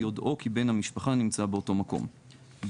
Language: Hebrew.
ביודעו כי בן המשפחה נמצא באותו מקום.";